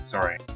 Sorry